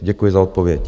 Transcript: Děkuji za odpověď.